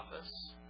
office